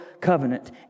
covenant